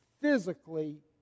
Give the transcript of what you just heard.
physically